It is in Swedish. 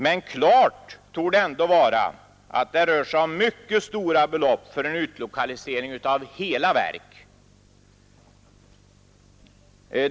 Men klart torde ändå vara att det rör sig om mycket stora belopp för en utlokalisering av hela verk.